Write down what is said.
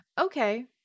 Okay